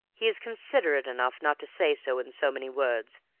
he is considerate enough not to say so in so many words,